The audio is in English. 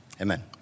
amen